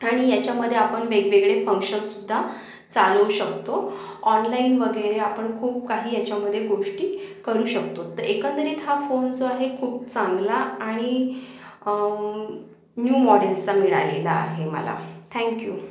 आणि याच्यामध्ये आपण वेगवेगळे फंक्शनसुद्धा चालवू शकतो ऑनलाईन वगैरे आपण खूप काही याच्यामध्ये गोष्टी करू शकतो तर एकंदरीत हा फोन जो आहे खूप चांगला आणि न्यू मॉडेलचा मिळालेला आहे मला थॅंक्यू